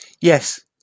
yes